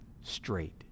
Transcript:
straight